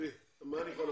חברת הכנסת מיכל וונש.